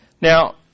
Now